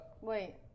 Wait